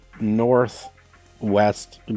northwest